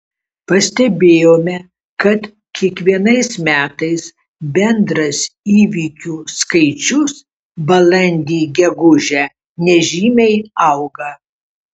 pastebėjome kad kiekvienais metais bendras įvykių skaičius balandį gegužę nežymiai auga